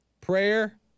Prayer